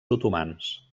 otomans